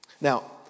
Now